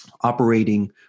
operating